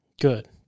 Good